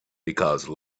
because